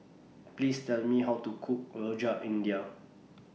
Please Tell Me How to Cook Rojak India